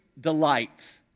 delight